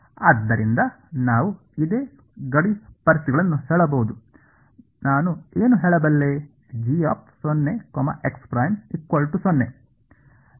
ಆದ್ದರಿಂದ ನಾವು ಇದೇ ಗಡಿ ಪರಿಸ್ಥಿತಿಗಳನ್ನು ಹೇಳಬಹುದು ನಾನು ಏನು ಹೇಳಬಲ್ಲೆ